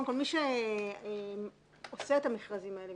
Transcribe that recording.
מי שעושה את המכרזים האלה,